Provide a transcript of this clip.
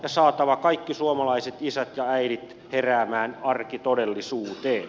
on saatava kaikki suomalaiset isät ja äidit heräämään arkitodellisuuteen